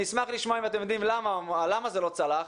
אשמח לשמוע אם אתם יודעים למה זה לא צלח?